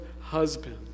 husband